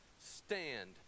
stand